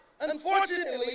Unfortunately